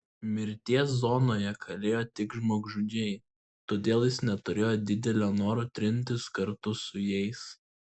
mirties zonoje kalėjo tik žmogžudžiai todėl jis neturėjo didelio noro trintis kartu su jais